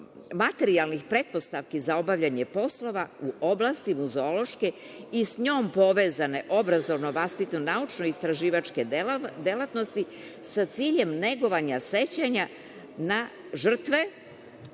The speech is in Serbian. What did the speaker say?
materijalnih pretpostavki za obavljanje poslova u oblasti muzološke i s njom povezane obrazovno-vaspitne i naučno istraživačke delatnosti, sa ciljem negovanja sećanja na žrtve